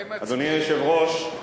כבוד היושב-ראש,